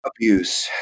abuse